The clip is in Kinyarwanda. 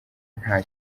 nta